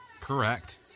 Correct